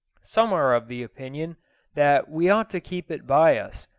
some are of the opinion that we ought to keep it by us,